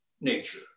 nature